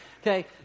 Okay